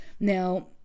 Now